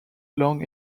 long